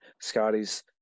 Scotty's